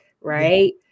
right